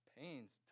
pains